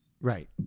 Right